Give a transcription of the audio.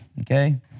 Okay